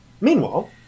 Meanwhile